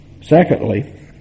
Secondly